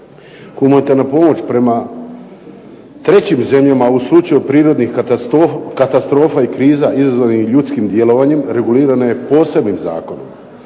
Humanitarna pomoć prema trećim zemljama u slučaju prirodnih katastrofa i kriza izazvanih ljudskim djelovanjem regulirana je posebnim Zakonom.